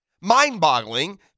mind-boggling